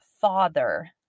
father